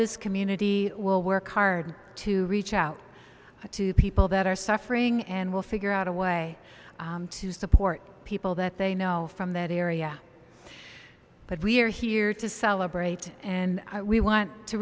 this community will work hard to reach out to people that are suffering and will figure out a way to support people that they know from that area but we're here to celebrate and we want to